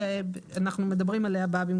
ברור שאם יש איזה היבט שקשור לביטוח